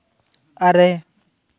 ᱟᱨᱮ